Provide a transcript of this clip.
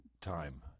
time